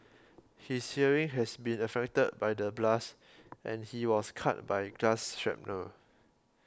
his hearing has been affected by the blast and he was cut by glass shrapnel